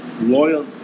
loyal